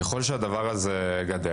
ככל שהדבר הזה גדל,